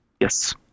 yes